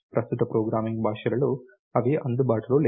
ప్రస్తుత ప్రోగ్రామింగ్ భాషలలో ఇవి అందుబాటులో లేవు